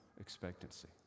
expectancy